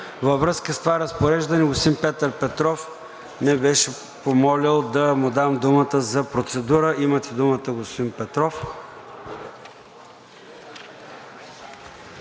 Във връзка с това разпореждане господин Петър Петров ме беше помолил да му дам думата за процедура. Имате думата, господин Петров.